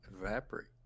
Evaporate